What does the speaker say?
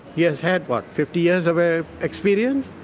he has had, what? fifty years of ah experience,